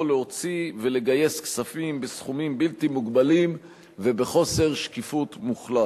יכול להוציא ולגייס כספים בסכומים בלתי מוגבלים ובחוסר שקיפות מוחלט.